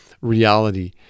reality